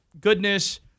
goodness